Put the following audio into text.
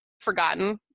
forgotten